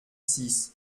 six